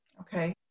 Okay